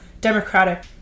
democratic